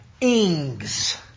ings